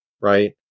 Right